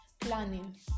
Planning